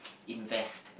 invest